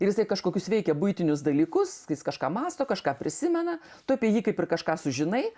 ir jisai kažkokius veikia buitinius dalykusjis kažką mąsto kažką prisimena tu apie jį kaip ir kažką sužinai